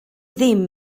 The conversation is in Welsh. ddim